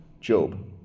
Job